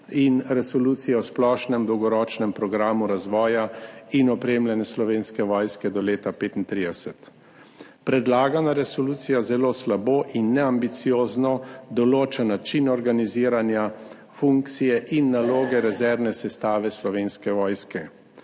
in Resoluciji o splošnem dolgoročnem programu razvoja in opremljanja Slovenske vojske do leta 2035. Predlagana resolucija zelo slabo in neambiciozno določa način organiziranja, funkcije in naloge rezervne sestave Slovenske vojske.